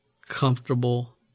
comfortable